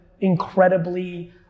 incredibly